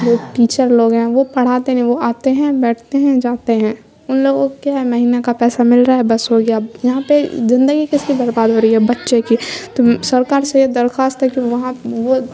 وہ ٹیچر لوگ ہیں وہ پڑھاتے نہیں وہ آتے ہیں بیٹھتے ہیں جاتے ہیں ان لوگوں کیا ہے مہینہ کا پیسہ مل رہا ہے بس ہو گیا یہاں پہ زندگی کیسے کی برباد ہو رہی ہے بچے کی تو سرکار سے یہ درخواست ہے کہ وہاں وہ